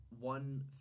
one